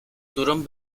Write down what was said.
durum